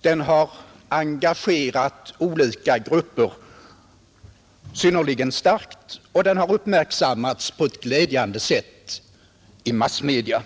den har engagerat olika grupper synnerligen starkt och den har uppmärksammats på ett glädjande sätt i massmedia.